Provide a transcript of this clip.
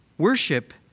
Worship